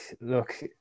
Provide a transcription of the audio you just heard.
look